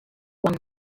one